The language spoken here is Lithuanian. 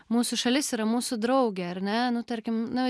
mūsų šalis yra mūsų draugė ar ne nu tarkim na